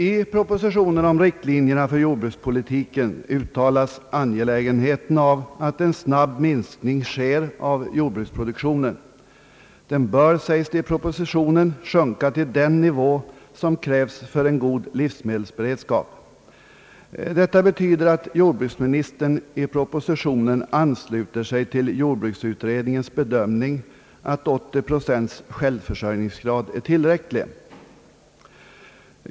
I propositionen om riktlinjer för jordbrukspolitiken utvecklas angelägenheten av att en snabb minskning sker av jordbruksproduktionen. Den bör, sägs det i propositionen, sjunka till den nivå som krävs för en god livsmedelsberedskap. Detta betyder att jordbruksministern i propositionen ansluter sig till jordbruksutredningens bedömning, att 80 procent självförsörjningsgrad är tillräcklig.